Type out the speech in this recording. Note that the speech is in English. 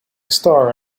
star